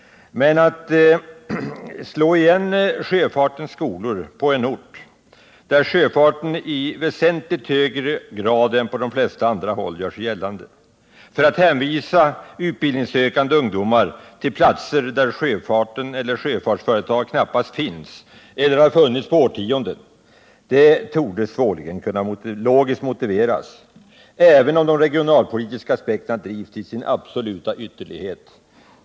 Men att slå igen sjöfartens skolor på en ort, där sjöfarten i väsentligt högre grad än på de flesta andra håll gör sig gällande, och hänvisa utbildningssökande ungdomar till platser, på vilka det knappast finns eller inte på årtionden har funnits sjöfartsföretag, torde svårligen kunna logiskt motiveras ens om de regionalpolitiska aspekterna drivs till sin absoluta ytterlighet.